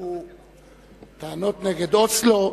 היו טענות נגד אוסלו.